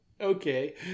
Okay